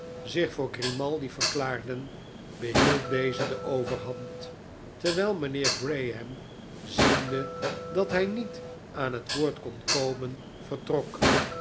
zich voor grimaldi verklaarden behield deze de overhand terwijl mijnheer graham ziende dat hij niet aan net woord kon komen vertrok